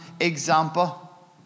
example